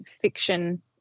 fiction